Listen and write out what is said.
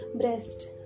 breast